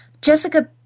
Jessica